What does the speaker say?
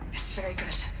it's very good